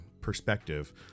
perspective